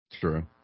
True